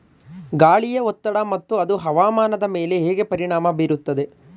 ಗಾಳಿಯ ಒತ್ತಡ ಮತ್ತು ಅದು ಹವಾಮಾನದ ಮೇಲೆ ಹೇಗೆ ಪರಿಣಾಮ ಬೀರುತ್ತದೆ?